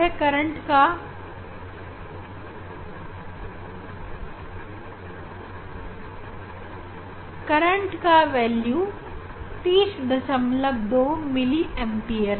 current का value 302 milliampere है